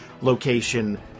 location